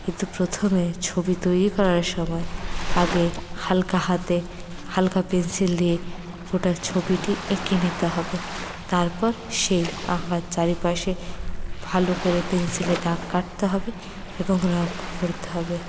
কিন্তু প্রথমে ছবি তৈরি করার সময় আগে হালকা হাতে হালকা পেনসিল দিয়ে গোটা ছবিটি এঁকে নিতে হবে তারপর সেই আঁকার চারিপাশে ভালো করে পেনসিলে দাগ কাটতে হবে এবং রঙ ভরতে হবে